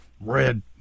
red